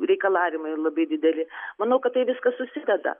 reikalavimai labai dideli manau kad tai viskas susideda